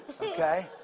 Okay